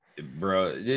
Bro